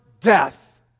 death